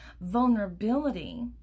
vulnerability